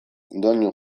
doinu